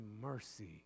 mercy